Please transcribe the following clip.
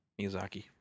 Miyazaki